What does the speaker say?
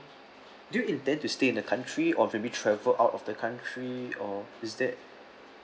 do you intend to stay in the country or maybe travel out of the country or is that